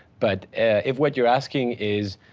but if what you're asking is,